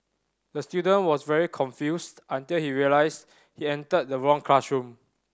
the student was very confused until he realised he entered the wrong classroom